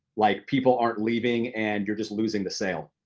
like people aren't leaving and you're just losing the sale.